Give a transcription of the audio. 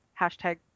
hashtag